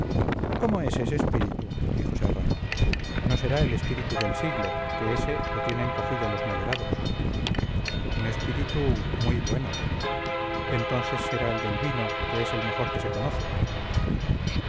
cómo es ese espíritu dijo serrano no será el espíritu del siglo que ese lo tienen cogido los moderados un espíritu muy bueno entonces será el de vino que es el mejor que se conoce